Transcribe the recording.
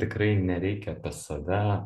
tikrai nereikia apie save